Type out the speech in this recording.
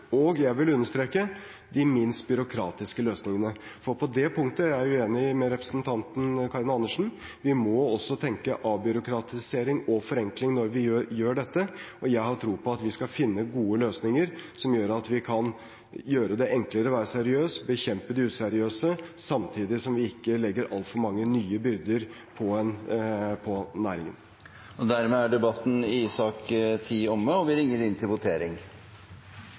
og – jeg vil understreke – de minst byråkratiske løsningene, for på det punktet er jeg uenig med representanten Karin Andersen. Vi må også tenke avbyråkratisering og forenkling når vi gjør dette. Jeg har tro på at vi skal finne gode løsninger som gjør at vi kan gjøre det enklere å være seriøs, bekjempe de useriøse, samtidig som vi ikke legger altfor mange nye byrder på næringen. Replikkordskiftet er omme. Flere har ikke bedt om ordet til sak nr. 10. Vi er nå klare til å gå til votering.